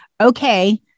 Okay